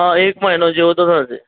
એક મહિનો જેવું તો થશે